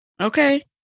Okay